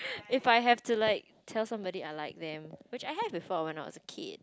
if I have to like tell somebody I like them which I have before when I was a kid